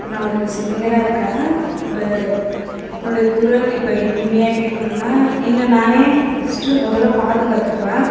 இப்போ நான் ஒரு சிங்கராக இருக்கேன் இப்போ என்னுடைய குரல் இப்போ இனிமையாக கேட்கணும்னா என்னை நானே ஃபர்ஸ்ட்டு முதல்ல பாதுகாத்துப்பேன்